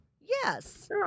Yes